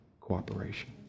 cooperation